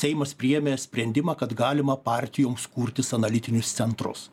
seimas priėmė sprendimą kad galima partijoms kurtis analitinius centrus